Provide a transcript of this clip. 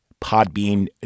podbean